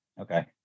Okay